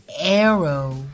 arrow